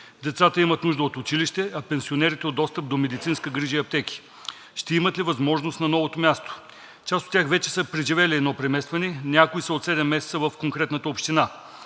Децата имат нужда от училище, а пенсионерите от достъп до медицинска грижа и аптеки. Ще имат ли тази възможност на новото място? Част от тях вече са преживели едно преместване. Някои са от седем месеца в конкретната община.